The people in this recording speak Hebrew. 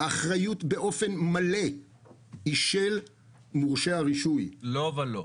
האחריות באופן מלא היא של מורשי הרישוי -- לא ולא.